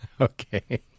Okay